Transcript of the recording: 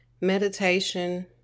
Meditation